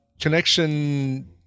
connection